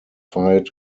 fight